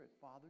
Father